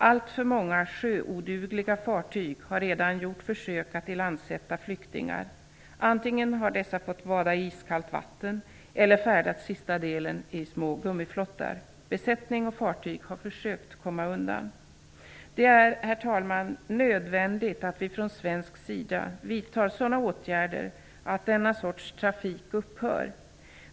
Alltför många sjöodugliga fartyg har redan gjort försök att ilandsätta flyktingar. Antingen har dessa fått vada i iskallt vatten eller färdas sista delen i små gummiflottar. Besättning och fartyg har försökt komma undan. Det är, herr talman, nödvändigt att vi från svensk sida vidtar sådana åtgärder, att denna sorts trafik upphör.